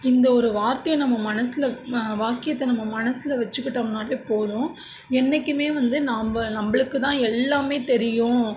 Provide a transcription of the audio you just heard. இந்த ஒரு வார்த்தையை நம்ம மனசில் வாக்கியத்தை நம்ம மனசில் வெச்சிக்கிட்டோம்னால் போதும் என்றைக்குமே வந்து நாம்ம நம்மளுக்கு தான் எல்லாமே தெரியும்